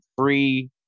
three